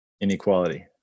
Inequality